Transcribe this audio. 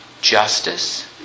justice